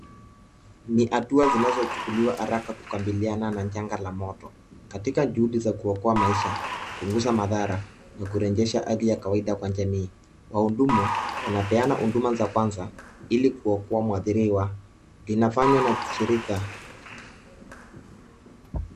Ni hatua zinazochukuliwa haraka kukabiliana na janga la moto, katika juhudi za kuokoa maisha, kupunguza madhara na kurejesha hali ya kawaida kwa jamii. Wahudumu wanapeana huduma za kwanza, ili kuokoa mwadhiriwa, linafanywa na shirika.